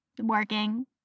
working